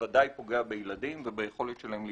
בוודאי פוגע בילדים וביכולת שלהם להתפתח.